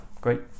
great